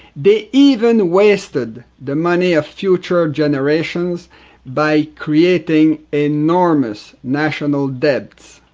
they even wasted the money of future generations by creating enormous national debts.